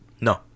No